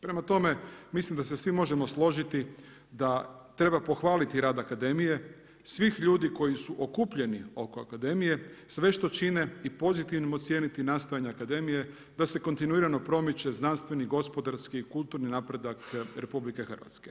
Prema tome, mislim da se svi možemo složiti da treba pohvaliti rad akademije, svih ljudi koji su okupljeni oko Akademije, sve što čine i pozitivnim ocijeniti nastojanja Akademije da se kontinuirano promiče znanstveni, gospodarski i kulturni napredak RH.